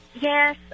Yes